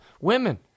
women